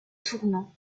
tournant